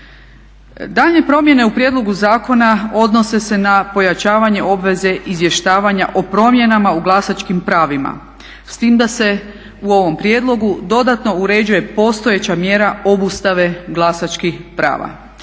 Daljnje promjene u prijedlogu zakona odnose se na pojačavanje obveze izvještavanja o promjenama u glasačkim pravima, s tim da se u ovom prijedlogu dodatno uređuje postojeća mjera obustave glasačkih prava.